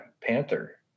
panther